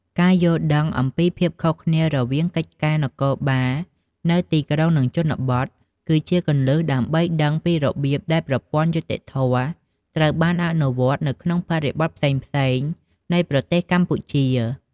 ការយល់ដឹងអំពីភាពខុសគ្នារវាងកិច្ចការនគរបាលនៅទីក្រុង និងជនបទ គឺជាគន្លឹះដើម្បីដឹងពីរបៀបដែលប្រព័ន្ធយុត្តិធម៌ត្រូវបានអនុវត្តនៅក្នុងបរិបទផ្សេងៗគ្នានៃប្រទេសកម្ពុជា។